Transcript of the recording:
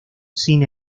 sin